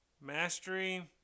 Mastery